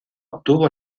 obtuvo